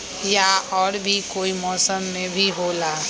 या और भी कोई मौसम मे भी होला?